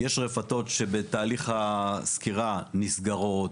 יש רפתות שבתהליך הסקירה נסגרות,